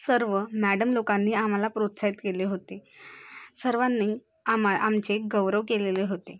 सर्व मॅडम लोकांनी आम्हाला प्रोत्साहित केले होते सर्वांनी आमा आमचे गौरव केलेले होते